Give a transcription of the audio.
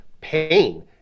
pain